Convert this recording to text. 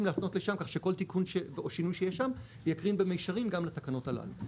להפנות לשם כך שכל שינוי שיש שם יקרין במישרין גם לתקנות הללו.